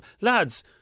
lads